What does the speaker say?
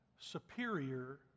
superior